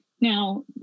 Now